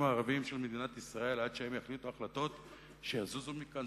הערבים של מדינת ישראל עד שהם יחליטו לזוז מכאן?